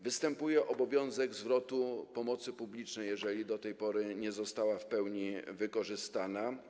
Występuje obowiązek zwrotu pomocy publicznej, jeżeli do tej pory nie została ona w pełni wykorzystana.